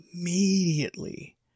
immediately